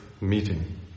meeting